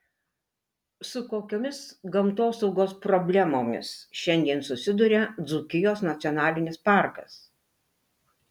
su kokiomis gamtosaugos problemomis šiandien susiduria dzūkijos nacionalinis parkas